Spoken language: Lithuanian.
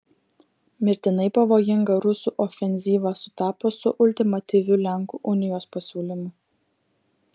mirtinai pavojinga rusų ofenzyva sutapo su ultimatyviu lenkų unijos pasiūlymu